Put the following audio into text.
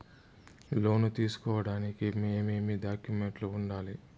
లోను తీసుకోడానికి ఏమేమి డాక్యుమెంట్లు ఉండాలి